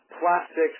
plastics